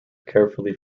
carefully